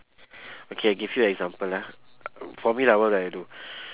okay I give you example ah for me lah what would I do